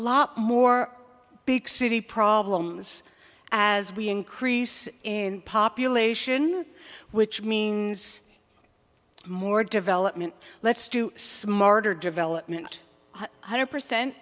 lot more big city problems as we increase in population which means more development let's do smarter development one hundred percent